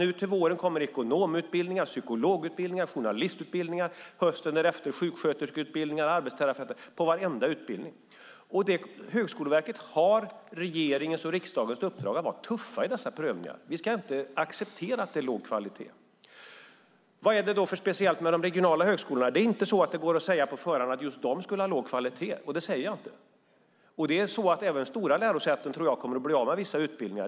Till våren kommer ekonomutbildningar, psykologutbildningar och journalistutbildningar. Hösten därefter kommer sjuksköterskeutbildningar och arbetsterapeututbildningar. Det kommer att ske kvalitetsprövningar av varenda utbildning. Högskoleverket har regeringens och riksdagens uppdrag att vara tuffa i dessa prövningar. Vi ska inte acceptera att det är låg kvalitet. Vad är det då för speciellt med de regionala högskolorna? Det går inte att på förhand säga att just de skulle ha låg kvalitet, och det säger jag inte heller. Även stora lärosäten tror jag kommer att bli av med vissa utbildningar.